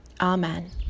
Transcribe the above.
Amen